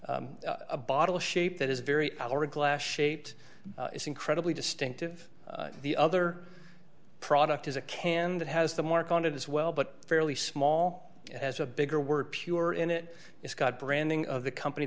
with a bottle shape that is very hourglass shaped is incredibly distinctive the other product is a can that has the mark on it as well but fairly small has a bigger word pure in it it's got branding of the company